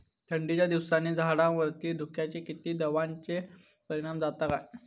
थंडीच्या दिवसानी झाडावरती धुक्याचे किंवा दवाचो परिणाम जाता काय?